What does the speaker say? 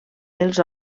els